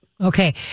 Okay